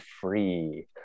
free